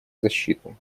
защиту